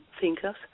thinkers